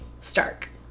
stark